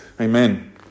amen